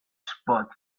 spot